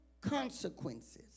consequences